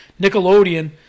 Nickelodeon